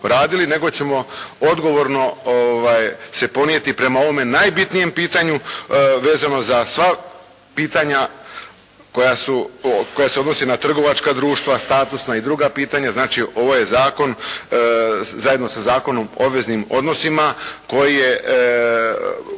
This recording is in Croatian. nego ćemo se odgovorno se ponijeti prema ovom najbitnijem pitanju vezano za sva pitanja koja se odnose na trgovačka društva, statusna i druga, dakle ovaj je Zakon zajedno sa Zakonom o obveznim odnosima koji je Ustav